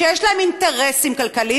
שיש להם אינטרסים כלכליים.